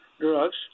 drugs